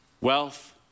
wealth